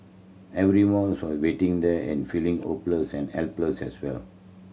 everyone waiting there and feeling hopeless and helpless as well